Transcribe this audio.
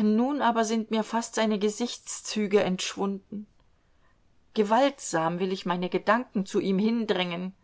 nun aber sind mir fast seine gesichtszüge entschwunden gewaltsam will ich meine gedanken zu ihm hindrängen